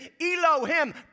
Elohim